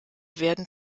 werden